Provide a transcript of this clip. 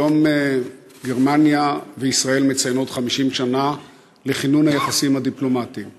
היום גרמניה וישראל מציינות 50 שנה לכינון היחסים הדיפלומטיים ביניהן.